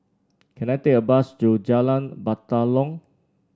can I take a bus to Jalan Batalong